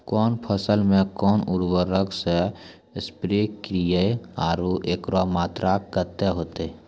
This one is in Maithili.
कौन फसल मे कोन उर्वरक से स्प्रे करिये आरु एकरो मात्रा कत्ते होते?